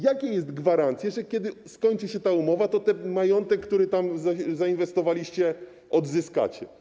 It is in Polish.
Jaka jest gwarancja, że kiedy skończy się ta umowa, to ten majątek, który tam zainwestowaliście, odzyskacie?